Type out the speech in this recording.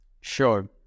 Sure